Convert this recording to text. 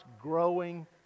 growing